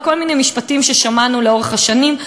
וכל מיני משפטים ששמענו לאורך השנים.